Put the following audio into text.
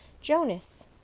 Jonas